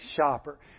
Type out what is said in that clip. shopper